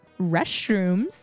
restrooms